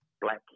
black